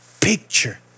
picture